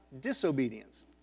disobedience